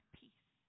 peace